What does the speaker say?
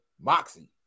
Moxie